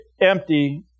empty